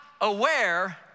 aware